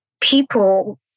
people